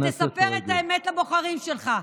ותספר את האמת לבוחרים שלך,